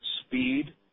speed